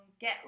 get